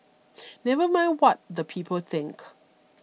never mind what the people think